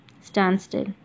standstill